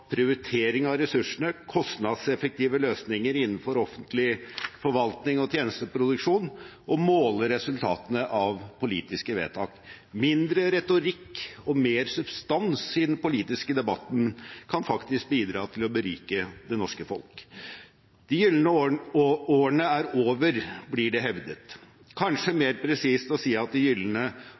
prioritering av ressursene, kostnadseffektive løsninger innenfor offentlig forvaltning og tjenesteproduksjon og måle resultatene av politiske vedtak. Mindre retorikk og mer substans i den politiske debatten kan faktisk bidra til å berike det norske folk. De gylne årene er over, blir det hevdet. Det er kanskje mer presist å si at